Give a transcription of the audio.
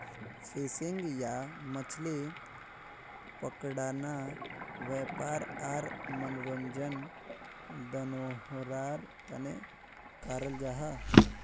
fishing या मछली पकड़ना वयापार आर मनोरंजन दनोहरार तने कराल जाहा